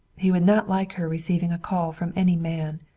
he would not like her receiving a call from any man.